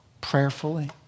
prayerfully